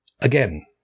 Again